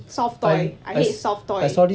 soft toy I need soft toy